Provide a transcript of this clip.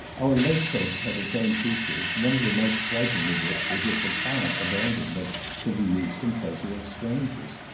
our lake coast had its own features, one of the most striking of which was its apparent abandonment to the use and pleasure of strangers.